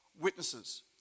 witnesses